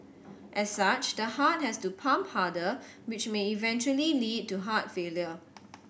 as such the heart has to pump harder which may eventually lead to heart failure